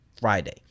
Friday